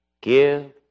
give